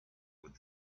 with